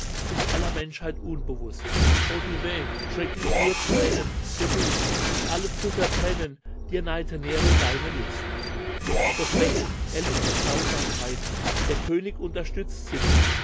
sich aller menschheit unbewusst o d auvet schrecklich nur zu nennen bemüht uns alle zu verbrennen dir neide nero deine lust doch weg erlittne grausamkeiten der könig unterstützt sie nicht